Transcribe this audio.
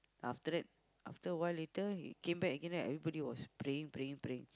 after that after a while later he came back again right everyone was praying praying praying